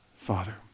Father